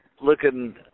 looking